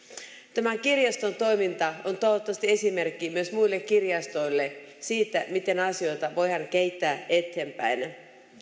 tämän kirjaston toiminta on toivottavasti esimerkki myös muille kirjastoille siitä miten asioita voidaan kehittää eteenpäin